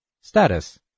Status